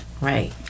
Right